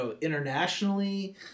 internationally